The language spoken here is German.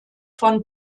von